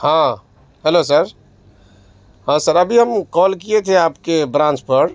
ہاں hello sir ہاں sir ابھی ہم کال کیے تھے آپ کے برانچ پر